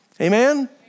Amen